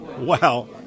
Wow